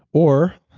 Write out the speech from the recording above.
or